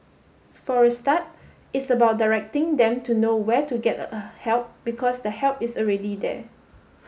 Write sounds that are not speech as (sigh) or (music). for a start it's about directing them to know where to get (unintelligible) help because the help is already there